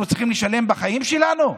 אנחנו צריכים לשלם בחיים שלנו?